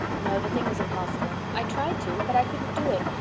no, the thing was impossible. i tried to, but i couldn't do it,